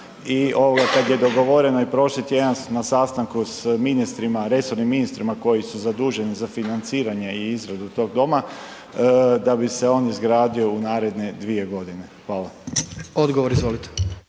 kad je dogovoreno i prošli tjedan na sastanku s ministrima, resornim ministrima koji su zaduženi za financiranje i izradu tog doma da bi se on izgradio u naredne dvije godine. Hvala. **Jandroković,